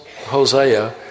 Hosea